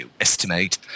Estimate